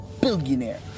billionaire